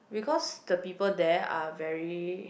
because the people there are very